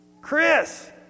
Chris